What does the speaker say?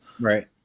Right